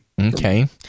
Okay